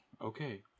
okay